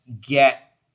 get